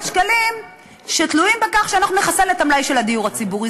שקלים שתלויים בכך שאנחנו נחסל את המלאי של הדיור הציבורי?